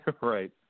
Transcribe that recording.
Right